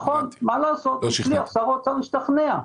נכון, מה לעשות, שר האוצר השתכנע.